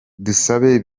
dusabe